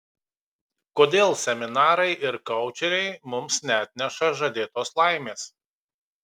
kodėl seminarai ir koučeriai mums neatneša žadėtos laimės